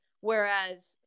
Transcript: Whereas